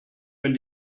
wenn